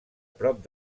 prop